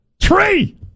Three